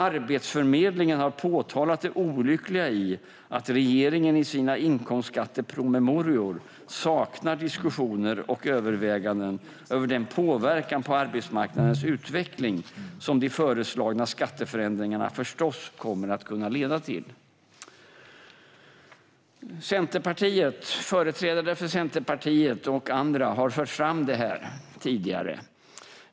Arbetsförmedlingen har påtalat det olyckliga i att regeringen i sina inkomstskattepromemorior saknar diskussioner och överväganden över den påverkan på arbetsmarknadens utveckling som de föreslagna skatteförändringarna förstås kommer att kunna leda till. Företrädare för Centerpartiet och andra har fört fram detta tidigare.